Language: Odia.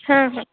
ହଁ ହଁ